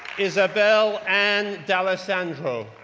isabel ann d'alessandro,